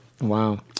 Wow